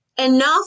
Enough